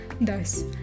Thus